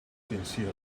sincerely